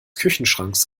küchenschranks